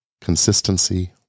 Consistency